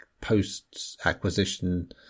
post-acquisition